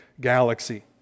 galaxy